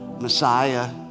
Messiah